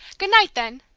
good-night, then!